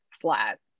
flat